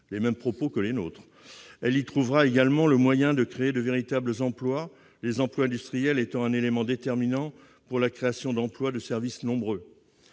! Il ajoutait :« Elle y trouvera également le moyen de créer de véritables emplois, les emplois industriels étant un élément déterminant pour la création d'emplois de service nombreux.